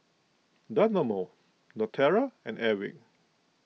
Dynamo Naturel and Airwick